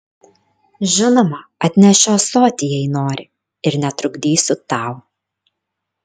žinoma atnešiu ąsotį jei nori ir netrukdysiu tau